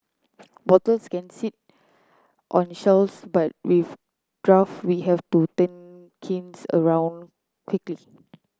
bottles can sit on shelves but with draft we have to turn kegs around quickly